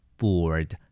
bored